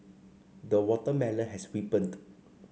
the watermelon has ripened